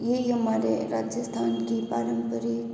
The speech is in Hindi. यही हमारे राजस्थान की पारंपरिक